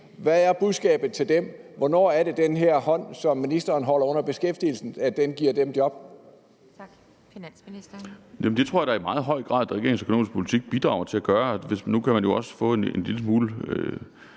i arbejdsløshedskøen? Hvornår er det, at den her hånd, som ministeren holder under beskæftigelsen, giver dem job?